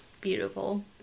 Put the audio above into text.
Beautiful